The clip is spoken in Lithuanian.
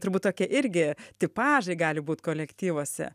turbūt tokia irgi tipažai gali būt kolektyvuose